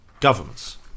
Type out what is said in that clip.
governments